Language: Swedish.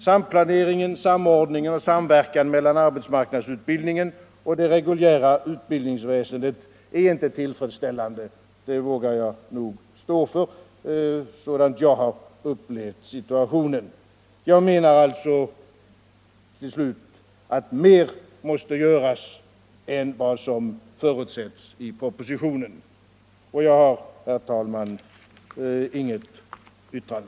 Samplanering, samordning och samverkan mellan arbetsmarknadsutbildningen och det reguljära utbildningsväsendet är inte tillfredsställande; det vågar jag stå för sådan jag har upplevt situationen. Jag menar alltså att mer måste göras än vad som förutsätts i propositionen. Jag har, herr talman, inget yrkande.